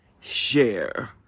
Share